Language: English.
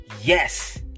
Yes